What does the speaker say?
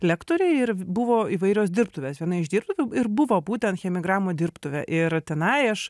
lektoriai ir buvo įvairios dirbtuvės viena išdirbtų ir buvo būtent chemigramų dirbtuvė ir tenai aš